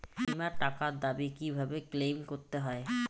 বিমার টাকার দাবি কিভাবে ক্লেইম করতে হয়?